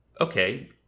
okay